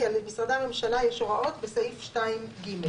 כי על משרדי הממשלה יש הוראות בסעיף 2(ג).